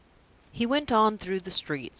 he went on through the streets,